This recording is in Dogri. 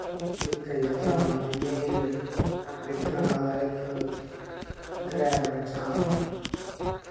निक्का जेहा ग्रां ते में अपने ग्रां दा इक ड्रैवर इन्सान आं